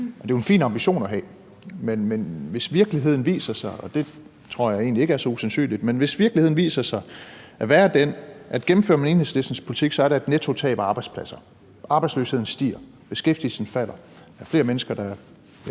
det er jo en fin ambition at have. Men hvis virkeligheden viser sig – og det tror jeg egentlig ikke er så usandsynligt – at være den, at gennemfører man Enhedslistens politik, er der et nettotab af arbejdspladser, og arbejdsløsheden stiger, og beskæftigelsen falder, og der er flere mennesker, der